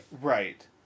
Right